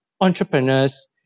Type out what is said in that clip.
entrepreneurs